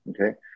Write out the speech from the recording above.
okay